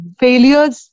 failures